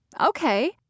Okay